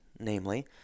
Namely